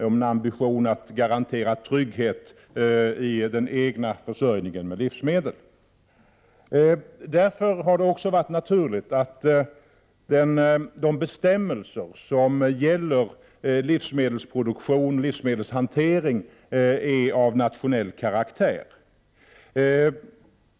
Man har ambitionen att garantera trygghet i den egna försörjningen av livsmedel. Det är därför också naturligt att de bestämmelser som gäller livsmedelsproduktion och livsmedelshantering är av nationell karaktär.